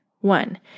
One